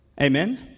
Amen